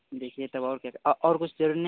देखिए तब और क्या और और कुछ